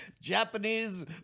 Japanese